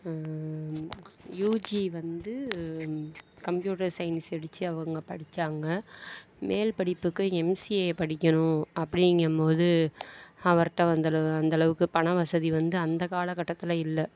UG வந்து computer science படிச்சு அவங்க படிச்சாங்க மேல் படிப்புக்கு எம்சிஎ படிக்கணும் அப்படிங்கம்போது அவர்கிட்ட அந்தளவு அந்தளவுக்கு பண வசதி வந்து அந்த கால கட்டத்தில் இல்லை